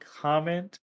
comment